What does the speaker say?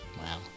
Wow